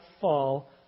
fall